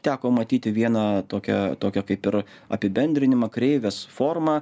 teko matyti vieną tokią tokią kaip ir apibendrinimą kreivės formą